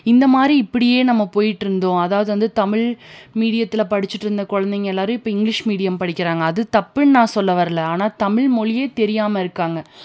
இந்த மாதிரி இப்படியே நம்ம போயிட்டுருந்தோம் அதாவது தமிழ் மீடியத்தில் படிச்சுட்டு இருந்த குழந்தைங்க எல்லாரும் இப்போ இங்கிலிஷ் மீடியம் படிக்கிறாங்க அது தப்புன்னு நான் சொல்லலை வர்ல ஆனால் தமிழ் மொழியே தெரியாமல் இருக்காங்க